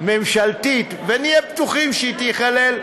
בממשלתית, ונהיה בטוחים שהיא תיכלל.